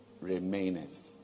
remaineth